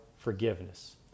Forgiveness